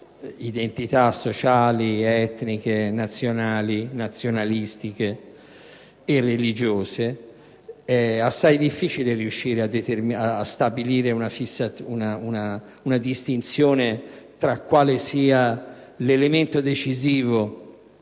identità sociali, etniche, nazionali, nazionalistiche e religiose, è assai difficile riuscire a stabilire una distinzione tra quale sia l'elemento decisivo,